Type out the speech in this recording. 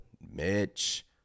Mitch